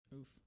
Oof